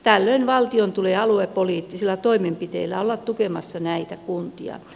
tällöin valtion tulee aluepoliittisilla toimenpiteillä olla tukemassa näitä kuntia